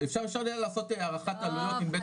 אפשר לעשות הערכת עלויות עם בית חולים אחד לשבת ולראות.